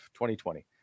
2020